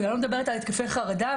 ואני לא מדברת על התקפי חרדה,